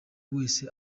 wese